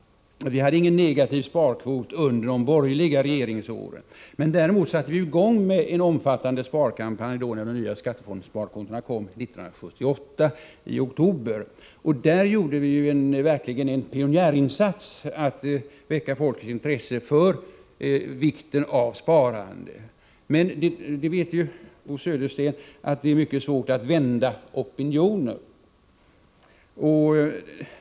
Vi hade ingen negativ sparkvot under de borgerliga regeringsåren. Däremot satte vi i gång en omfattande sparkampanj, när de nya skattesparkontona kom i oktober 1978. Där gjorde vi en pionjärinsats för att väcka folkets intresse och få människor att inse vikten av sparande. Men Bo Södersten vet att det är mycket svårt att vända opinioner.